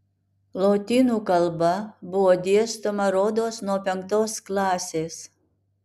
lotynų kalba buvo dėstoma rodos nuo penktos klasės